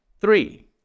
Three